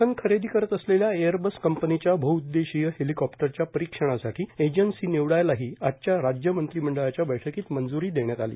शासन खरेदी करत असलेल्या एअरबस कंपनीच्या बहूउद्देशिय हेलिकॉप्टरच्या परिक्षणासाठी एजन्सी निवडायलाही आजच्या राज्यमंत्रिमंडळाच्या बैठक्रीत मंजूरी देण्यात आली